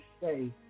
say